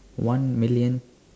one million